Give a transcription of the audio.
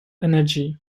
energy